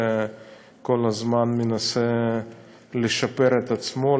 וכל הזמן מנסה לשפר את עצמו,